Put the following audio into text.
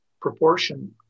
proportion